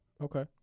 okay